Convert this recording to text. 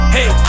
Hey